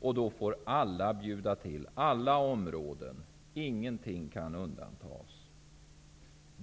Då får alla bjuda till, på alla områden, och ingenting kan undantas.